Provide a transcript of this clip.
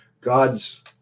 God's